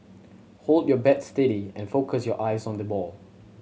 hold your bat steady and focus your eyes on the ball